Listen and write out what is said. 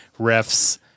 Ref's